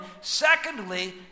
Secondly